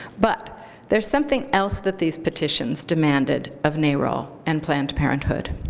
but there's something else that these petitions demanded of narol and planned parenthood,